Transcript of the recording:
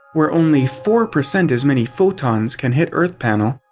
where only four percent as many photons can hit earth panel,